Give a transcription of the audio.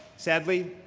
sadly,